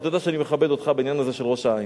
ואתה יודע שאני מכבד אותך בעניין הזה של ראש-העין